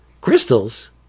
crystals